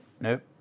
Nope